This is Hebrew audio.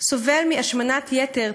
סובל מהשמנת יתר.